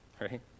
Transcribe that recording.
right